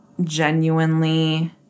genuinely